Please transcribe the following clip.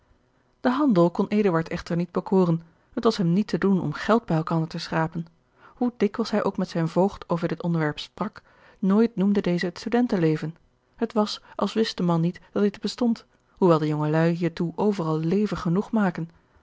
de handel kon eduard echter niet bekoren het was hem niet te doen om geld bij elkander te schrapen hoe dikwijls hij ook met zijn voogd over dit onderwerp sprak nooit noemde deze het studentenleven het was als wist de man niet dat dit bestond hoewel de jongeluî hiertoe overal leven genoeg maken